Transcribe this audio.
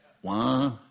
One